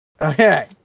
okay